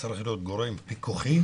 צריך להיות גורם פיקוחי